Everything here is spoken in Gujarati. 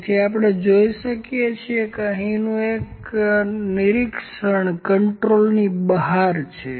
તેથી આપણે જોઈ શકીએ છીએ કે અહીંનું એક નિરીક્ષણ કન્ટ્રોલ બહાર છે